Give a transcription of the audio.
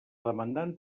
demandant